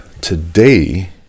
Today